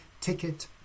ticket